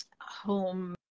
home